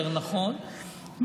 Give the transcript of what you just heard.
יותר נכון,